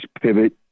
pivot